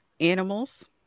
animals